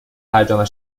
ترجمه